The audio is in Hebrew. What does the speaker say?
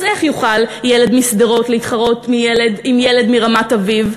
אז איך יוכל ילד משדרות להתחרות עם ילד מרמת-אביב?